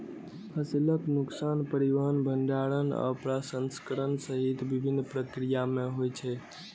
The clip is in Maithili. फसलक नुकसान परिवहन, भंंडारण आ प्रसंस्करण सहित विभिन्न प्रक्रिया मे होइ छै